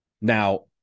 Now